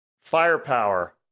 firepower